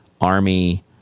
Army